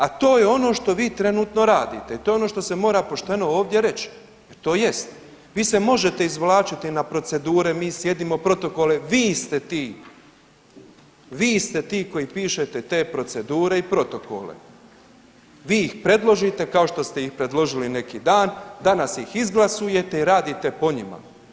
A to je ono što vi trenutno radite i to je ono što se mora pošteno ovdje reći tj. vi se možete izvlačiti na procedure mi slijedimo protokole, vi ste ti, vi ste ti koji pišete te procedure i protokole, vi ih predložite kao što ste ih predložili neki dan, danas ih izglasujete i radite po njima.